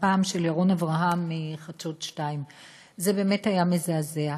הפעם של ירון אברהם מחדשות 2. זה באמת היה מזעזע.